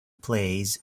plays